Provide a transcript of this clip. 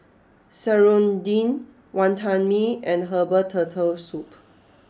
Serunding Wantan Mee and Herbal Turtle Soup